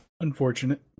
Unfortunate